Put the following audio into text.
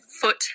foot